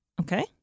Okay